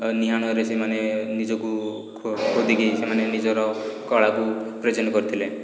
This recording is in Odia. ନିହାଣରେ ସେମାନେ ନିଜକୁ ଖୋଦିକି ସେମାନେ ନିଜର କଳାକୁ ପ୍ରେଜେଣ୍ଟ୍ କରିଥିଲେ